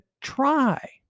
try